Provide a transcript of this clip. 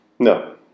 No